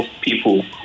people